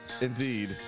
Indeed